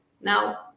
now